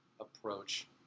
approach